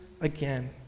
again